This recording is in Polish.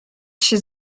się